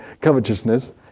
covetousness